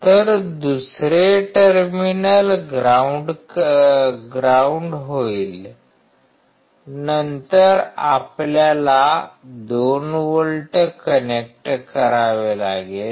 तर दुसरे terminal ground होईल नंतर आपल्याला २ व्होल्ट कनेक्ट करावे लागेल